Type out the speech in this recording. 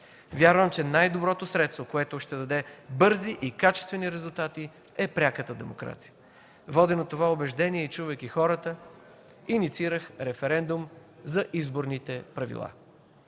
Вярвам, че най-доброто средство, което ще даде бързи и качествени резултати, е пряката демокрация. Воден от това убеждение и чувайки хората, инициирах референдум за изборните правила.